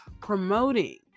promoting